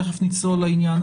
תיכף נצלול לעניין,